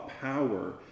power